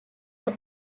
are